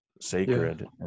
sacred